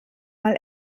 mal